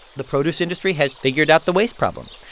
the produce industry has figured out the waste problem.